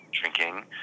drinking